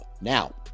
now